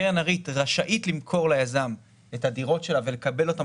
קרן ריט רשאית למכור ליזם את הדירות שלה ולקבל גם אותן